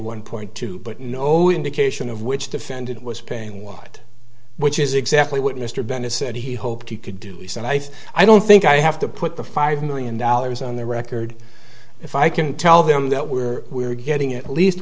one point two but no indication of which defendant was paying what which is exactly what mr bennett said he hoped he could do and i think i don't think i have to put the five million dollars on the record if i can tell them that where we're getting at least